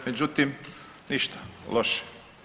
Međutim ništa, loše.